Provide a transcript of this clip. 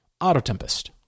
Autotempest